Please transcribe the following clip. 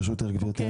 ברשותך גברתי.